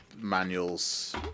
manuals